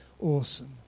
Awesome